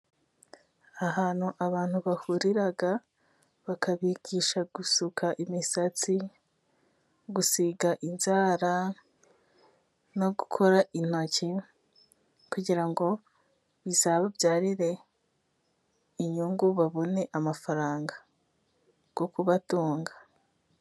Ahantu abantu bahurira bakabigisha gusuka imisatsi, gusiga inzara no gukora intoki, kugira ngo bizababyarire inyungu babone amafaranga, yo kubatunga.